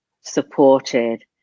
supported